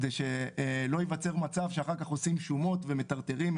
כדי שלא ייווצר מצב שאחר כך עושים שומות ומטרטרים.